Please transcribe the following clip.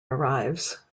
arrives